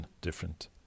different